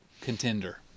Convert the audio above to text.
contender